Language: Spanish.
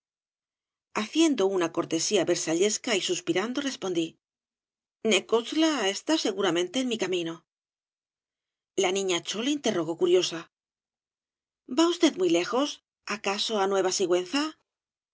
haciendo una cortesía versallesca y suspirando respondí necoxtla está seguramente en mi camino la niña chole interrogó curiosa va usted muy lejos acaso á nueva sigüenza